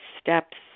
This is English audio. steps